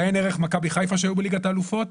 ועיין ערך מכבי חיפה שהיו בליגת האלופות,